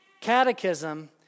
Catechism